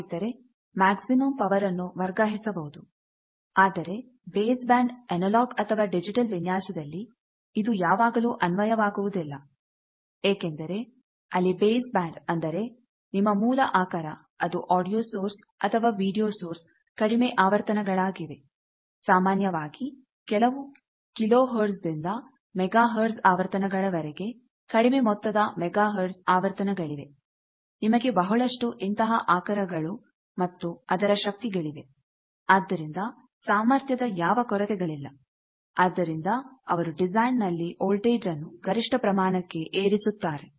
ಹಾಗಿದ್ದರೆ maximum power ಅನ್ನು ವರ್ಗಾಯಿಸಬಹುದು ಆದರೆ ಬೇಸ್ ಬ್ಯಾಂಡ್ ಅನಲಾಗ್ ಅಥವಾ ಡಿಜಿಟಲ್ ವಿನ್ಯಾಸದಲ್ಲಿ ಇದು ಯಾವಾಗಲೂ ಅನ್ವಯವಾಗುವುದಿಲ್ಲ ಏಕೆಂದರೆ ಅಲ್ಲಿ ಬೇಸ್ ಬ್ಯಾಂಡ್ ಅಂದರೆ ನಿಮ್ಮ ಮೂಲ ಆಕರ ಅದು ಆಡಿಯೋ ಸೋರ್ಸ್ ಅಥವಾ ವಿಡಿಯೋ ಸೋರ್ಸ್ ಕಡಿಮೆ ಆವರ್ತನಗಳಾಗಿವೆ ಸಾಮಾನ್ಯವಾಗಿ ಕೆಲವು ಕಿಲೋ ಹರ್ಟ್ಜ್ ದಿಂದ ಮೆಗಾ ಹರ್ಟ್ಜ್ ಆವರ್ತನಗಳವರೆಗೆ ಕಡಿಮೆ ಮೊತ್ತದ ಮೆಗಾಹರ್ಟ್ಜ್ ಆವರ್ತನಗಳಿವೆ ನಿಮಗೆ ಬಹಳಷ್ಟು ಇಂತಹ ಆಕರಗಳು ಮತ್ತು ಅದರ ಶಕ್ತಿಗಳಿವೆ ಆದ್ದರಿಂದ ಸಾಮರ್ಥ್ಯದ ಯಾವ ಕೊರತೆ ಗಳಿಲ್ಲ ಆದ್ದರಿಂದ ಅವರು ಡಿಸೈನ್ ನಲ್ಲಿ ವೋಲ್ಟೇಜ್ ಅನ್ನು ಗರಿಷ್ಠ ಪ್ರಮಾಣಕ್ಕೆ ಏರಿಸುತ್ತಾರೆ